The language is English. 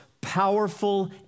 powerful